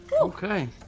Okay